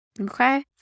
Okay